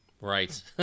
Right